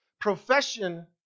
profession